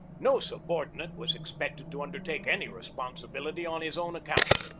no subor dinate was expected to undertake any responsibility on his own account.